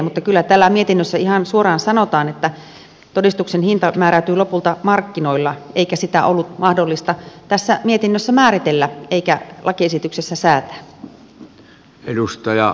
mutta kyllä täällä mietinnössä ihan suoraan sanotaan että todistuksen hinta määräytyy lopulta markkinoilla eikä sitä ollut mahdollista tässä mietinnössä määritellä eikä lakiesityksessä säätää